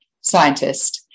scientist